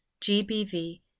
GBV